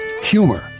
Humor